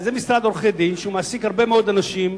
זה משרד עורכי-דין שמעסיק הרבה מאוד אנשים.